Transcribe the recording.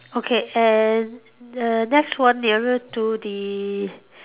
okay and err next one nearer to the